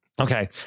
Okay